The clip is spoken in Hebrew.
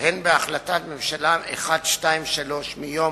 הן בהחלטת ממשלה 123 מיום